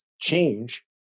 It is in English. change